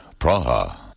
Praha